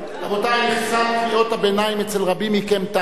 רבותי, מכסת קריאות הביניים אצל רבים מכם תמה.